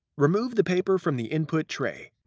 remove the paper from the input tray.